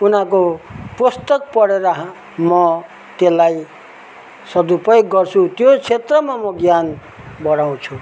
उनीहरूको पुस्तक पढेर हा म त्यसलाई सदुपयोग गर्छु त्यो क्षेत्रमा म ज्ञान बढाउँछु